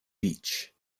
beach